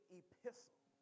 epistle